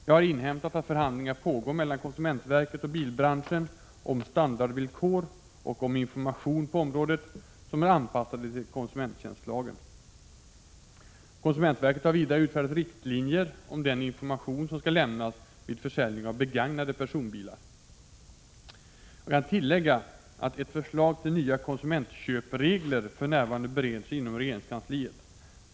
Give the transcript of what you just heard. Jag har inhämtat att förhandlingar pågår mellan konsumentverket och bilbranschen om standardvillkor och om information på området som är anpassade till konsumenttjänstlagen. Konsumentverket har vidare utfärdat riktlinjer om den information som skall lämnas vid försäljning av begagnade personbilar. Jag kan tillägga att ett förslag till nya konsumentköpregler för närvarande bereds inom regeringskansliet.